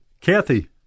Kathy